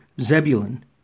Zebulun